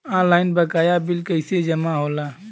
Online बकाया bill कैसे जमा होला?